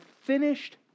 finished